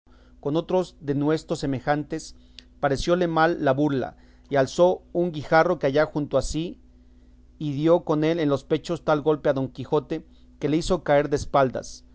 con otros denuestos semejantes parecióle mal la burla y alzó un guijarro que halló junto a sí y dio con él en los pechos tal golpe a don quijote que le hizo caer de espaldas